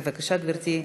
בבקשה, גברתי.